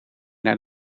naar